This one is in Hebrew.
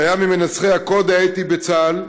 שהיה ממנסחי הקוד האתי בצה"ל,